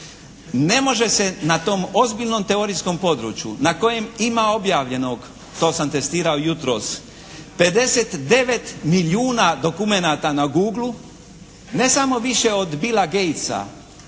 Ne može se na tom ozbiljnom teorijskom području na kojem ima objavljenog, to sam testirao jutros 59 milijuna dokumenata na Google-u, ne samo više od Bila Gatesa,